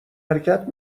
حرکت